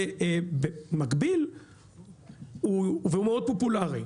ובמקביל והוא מאוד פופולארי,